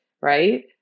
right